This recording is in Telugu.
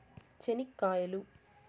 చెనిక్కాయలు